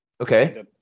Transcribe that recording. okay